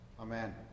Amen